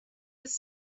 was